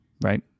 right